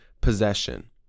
possession